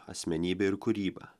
asmenybe ir kūryba